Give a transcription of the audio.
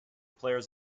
players